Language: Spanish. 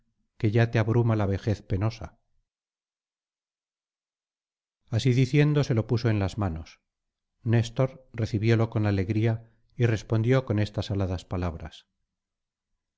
que ya te abruma la vejez penosa así diciendo se lo puso en las manos néstor recibiólo con alegría y respondió con estas aladas palabras